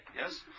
yes